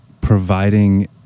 providing